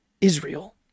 Israel